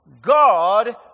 God